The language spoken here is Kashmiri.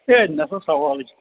ہے نہ سا سَوالٕے چھُ